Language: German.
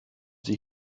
sie